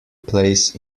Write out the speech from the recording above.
plays